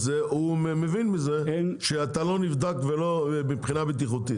הוא מבין מזה שאתה לא נבדק מבחינה בטיחותית.